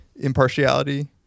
impartiality